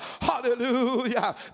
hallelujah